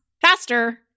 faster